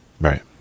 Right